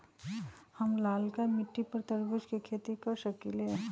हम लालका मिट्टी पर तरबूज के खेती कर सकीले?